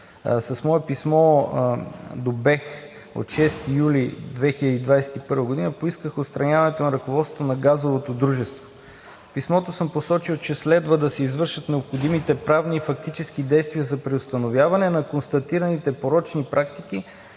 С мое писмо до БЕХ от 6 юли 2021 г. поисках отстраняването на ръководството на газовото дружество. В писмото съм посочил, че следва да се извършат необходимите правни и фактически действия за преустановяване на констатираните порочни практики,